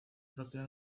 propia